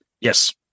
Yes